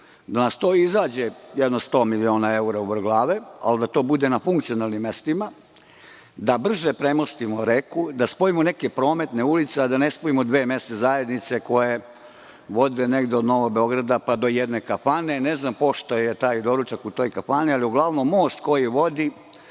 da nas to izađe jedno 100 miliona evra uvrh glave, ali da to bude na funkcionalnim mestima, da brže premostimo reku, da spojimo neke prometne ulice, a da ne spojimo dve mesne zajednice koje vode negde od Novog Beograda, pa do jedne kafane? Ne znam pošto je taj doručak u toj kafani, ali uglavnom most koji vodi